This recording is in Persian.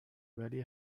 ولی